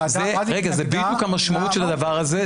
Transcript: זה בדיוק המשמעות של הדבר הזה,